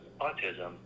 autism